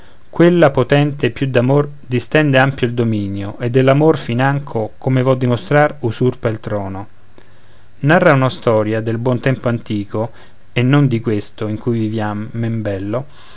quella potente più d'amor distende ampio il dominio e dell'amor fin anco come vo dimostrar usurpa il trono narra una storia del buon tempo antico e non di questo in cui viviam men bello